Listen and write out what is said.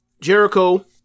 Jericho